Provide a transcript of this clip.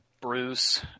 Bruce